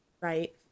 right